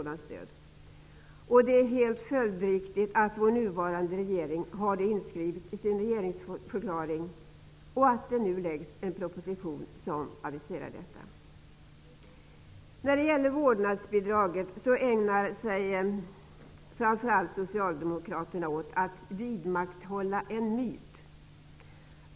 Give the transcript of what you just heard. Det är också helt följdriktigt att vår nuvarande regering har detta inskrivet in sin regeringsförklaring och att det har lagts en proposition på riksdagens bord i vilken detta aviseras. Vad gäller vårdnadsbidraget, ägnar sig framför allt socialdemokraterna åt att vidmakthålla en myt.